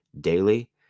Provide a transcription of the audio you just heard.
daily